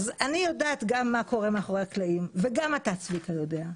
אני יודעת גם מה קורה מאחורי הקלעים וגם אתה צביקה יודע.